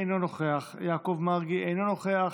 אינו נוכח, יעקב מרגי, אינו נוכח.